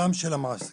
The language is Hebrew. גם של המעסיקים,